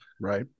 Right